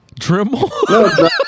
dremel